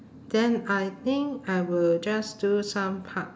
then I think I will just do some part